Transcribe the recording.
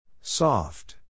Soft